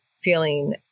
Feeling